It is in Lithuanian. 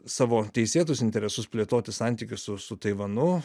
savo teisėtus interesus plėtoti santykius su su taivanu